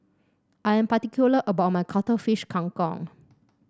I am particular about my Cuttlefish Kang Kong